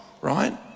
right